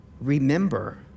remember